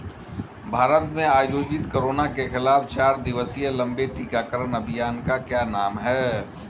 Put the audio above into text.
भारत में आयोजित कोरोना के खिलाफ चार दिवसीय लंबे टीकाकरण अभियान का क्या नाम है?